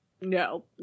No